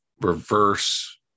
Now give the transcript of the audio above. reverse